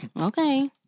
Okay